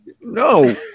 No